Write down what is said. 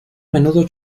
menudo